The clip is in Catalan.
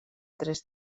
tres